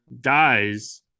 dies